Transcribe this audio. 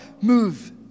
Move